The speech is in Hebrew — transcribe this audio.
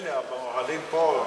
אלה באוהלים פה,